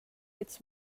its